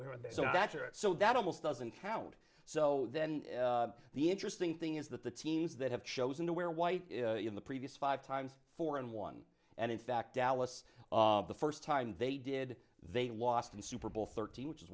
natural so that almost doesn't count so then the interesting thing is that the teams that have chosen to wear white in the previous five times four and one and in fact dallas the first time they did they lost in super bowl thirteen which is